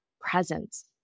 presence